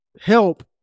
help